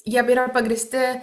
jie yra pagrįsti